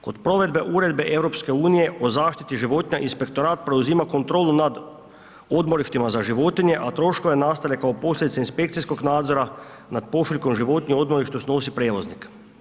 Kod provedbe Uredbe EU o zaštiti životinja, Inspektorat preuzima kontrolu nad odmorištima za životinje, a troškove nastale kao posljedice inspekcijskog nadzora nad pošiljkom životinja u odmorištu snosi prevoznik.